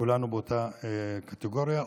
כולנו באותה קטגוריה.